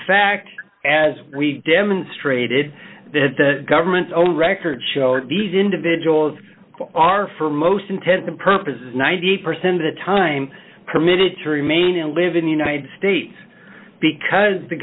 fact as we demonstrated that the government's own records show these individuals are for most intents and purposes ninety percent of the time permitted to remain and live in the united states because the